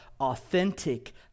authentic